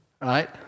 Right